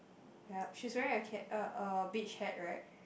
yep she's wearing okay a a beach hat right